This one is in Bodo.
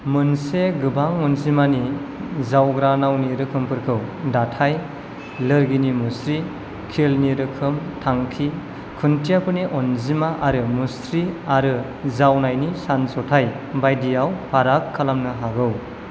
मोनसे गोबां अनजिमानि जावग्रा नावनि रोखोमफोरखौ दाथाय लोरगिनि मुस्रि कीलनि रोखोम थांखि खुन्थियाफोरनि अनजिमा आरो मुस्रि आरो जावनायनि सानज'थाय बायदियाव फाराग खालामनो हागौ